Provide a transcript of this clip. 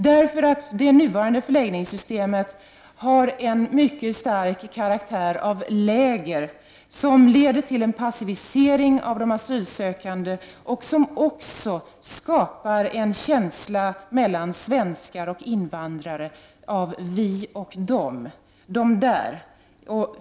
Det nuvarande förläggningssystemet har nämligen i stor utsträckning karaktären av läger. Detta leder till en passivisering av de asylsökande. Dessutom får man en känsla av att det är skillnad mellan svenskar och invandrare — vi och de, de där.